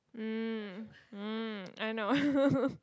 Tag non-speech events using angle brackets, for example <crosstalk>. mm mm I know <laughs>